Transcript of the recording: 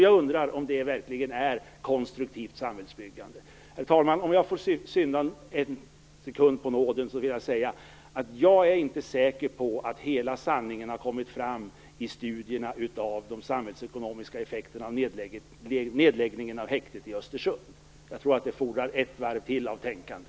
Jag undrar om det verkligen är konstruktivt samhällsbyggande. Herr talman! Jag är inte säker på att hela sanningen har kommit fram i studierna av de samhällsekonomiska effekterna av nedläggningen av häktet i Östersund. Jag tror att det fordrar ett varv till av tänkande.